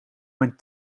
mijn